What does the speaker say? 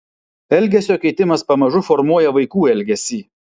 elgesio keitimas pamažu formuoja vaikų elgesį